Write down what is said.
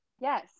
Yes